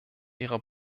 ihrer